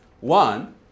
One